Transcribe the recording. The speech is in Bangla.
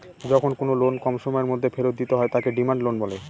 যখন কোনো লোন কম সময়ের মধ্যে ফেরত দিতে হয় তাকে ডিমান্ড লোন বলে